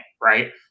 right